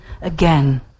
again